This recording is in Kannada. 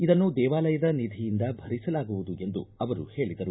ಇದನ್ನು ದೇವಾಲಯದ ನಿಧಿಯಿಂದ ಭರಿಸಲಾಗುವುದು ಎಂದು ಅವರು ಹೇಳಿದರು